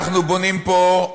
אנחנו בונים פה,